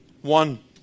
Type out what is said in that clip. One